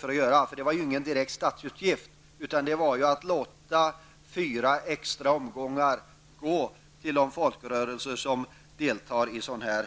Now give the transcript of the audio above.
Det var inte fråga om någon direkt statsutgift. Det var fråga om att låta fyra extra omgångar gå till de folkrörelser som deltar i sådan